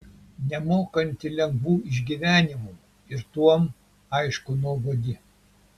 nemokanti lengvų išgyvenimų ir tuom aišku nuobodi